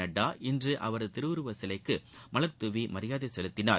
நட்டா இன்று அவரது திருவுருவச் சிலைக்கு மலர் தூவி மரியாதை செலுத்தினார்